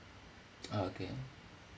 okay